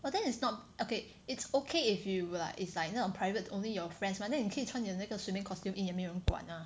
but then is not okay it's okay if you like it's like 那种 private only your friends mah then 你可以穿你的那个 swimming costume in 也没有人管 lah